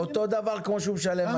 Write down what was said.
אותו דבר כמו שהוא משלם היום.